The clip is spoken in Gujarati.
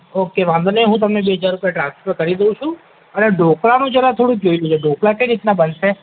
ઓકે વાંધો નહીં હું તમને બે હજાર રૂપિયા ટ્રાન્સફર કરી દઉં છું અને ઢોકળાંનું જરા થોડું જોઈ લેજો ઢોકળાં કઈ રીતે બનશે